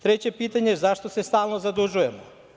Treće pitanje – zašto se stalno zadužujemo?